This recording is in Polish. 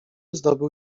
zdobył